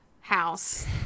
house